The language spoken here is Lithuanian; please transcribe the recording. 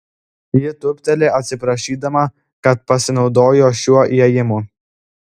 ji tūpteli atsiprašydama kad pasinaudojo šiuo įėjimu